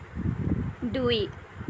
দুই